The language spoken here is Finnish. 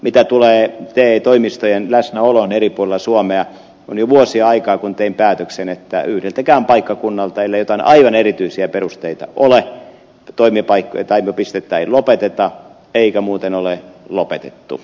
mitä tulee te toimistojen läsnäoloon eri puolilla suomea niin on jo vuosia aikaa kun tein päätöksen että yhdeltäkään paikkakunnalta ellei jotain aivan erityisiä perusteita ole toimipistettä ei lopeteta eikä muuten ole lopetettu